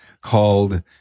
called